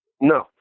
No